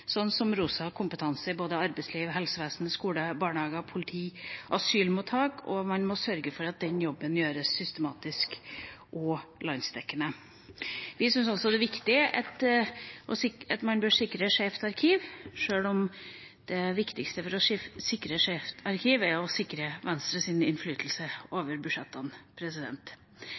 sånn som Rosa kompetanse i både arbeidsliv, helsevesen, skole, barnehager, politi og asylmottak, og man må sørge for at den jobben gjøres systematisk og landsdekkende. Vi syns også det er viktig å sikre Skeivt arkiv, sjøl om det viktigste for å sikre Skeivt arkiv er å sikre Venstres innflytelse over budsjettene.